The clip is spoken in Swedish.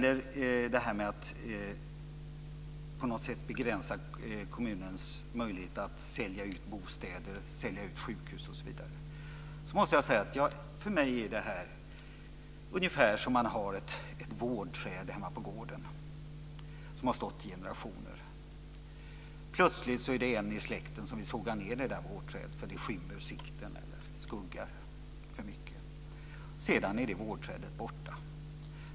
När det gäller att på något sätt begränsa kommunens möjlighet att sälja ut bostäder, sjukhus osv. måste jag säga att det för mig är ungefär som att ha ett vårdträd hemma på gården som har stått i generationer, och plötsligt är det en i släkten som vill såga ned det där vårdträdet därför det skymmer sikten eller skuggar för mycket. Sedan är det vårdträdet borta.